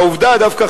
דווקא,